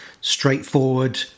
straightforward